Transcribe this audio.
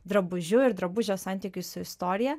drabužiu ir drabužio santykiui su istorija